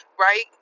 right